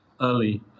early